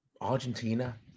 Argentina